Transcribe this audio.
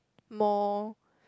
more